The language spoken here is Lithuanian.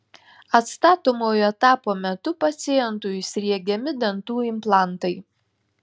atstatomojo etapo metu pacientui sriegiami dantų implantai